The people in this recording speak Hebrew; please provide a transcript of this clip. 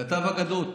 כתב אגדות.